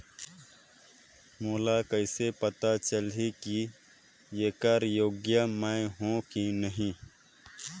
मोला कइसे पता चलही की येकर योग्य मैं हों की नहीं?